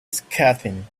scathing